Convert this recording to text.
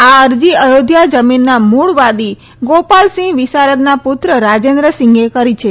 આ અરજી અયોધ્યા જમીનના મૂળ વાદી ગો ાલસિંહ વિસારદના પુત્ર રાજેન્દ્રસિંઘે કરી છે